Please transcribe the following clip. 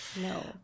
No